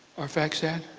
arphaxhad.